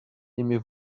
aimez